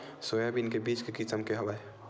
Soybean के बीज के किसम के हवय?